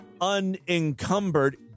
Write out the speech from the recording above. unencumbered